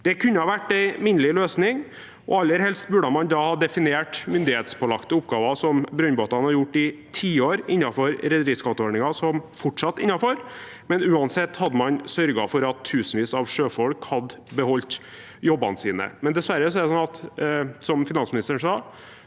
Det kunne ha vært en minnelig løsning. Aller helst burde man da ha definert myndighetspålagte oppgaver – som brønnbåtene har gjort i tiår innenfor rederiskatteordningen – som fortsatt innenfor. Uansett hadde man sørget for at tusenvis av sjøfolk hadde beholdt jobbene sine. Dessverre er det slik, som finansmi nisteren sa,